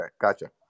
gotcha